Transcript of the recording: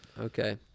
Okay